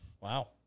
Wow